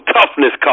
Toughness